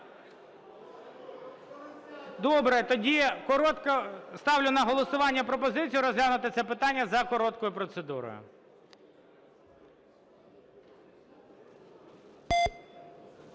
Добре. Ставлю на голосування пропозицію розглянути це питання за короткою процедурою.